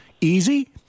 easy